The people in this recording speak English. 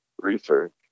research